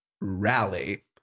rally